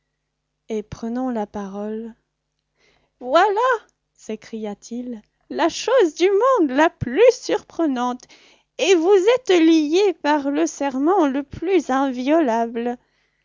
et prenant la parole voilà s'écria-t-il la chose du monde la plus surprenante et vous êtes lié par le serment le plus inviolable